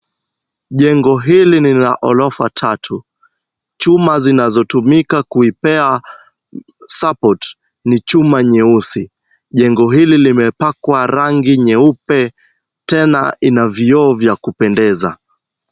Jengo hili ni la ghorofa tatu ,chuma zinazotumia kuipea support ni chuma nyeusi, jengo hili limepakwa rangi nyeupe tena lina vioo vya kupendeza.